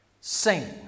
sing